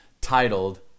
titled